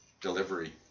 delivery